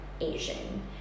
asian